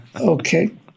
Okay